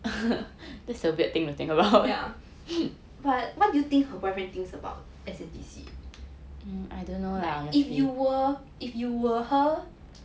ya but what do you think her boyfriend thinks about S_N_D_C like if you were if you were her